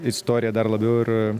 istorija dar labiau ir